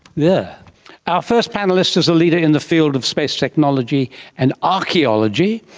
yeah our first panellist is a leader in the field of space technology and archaeology,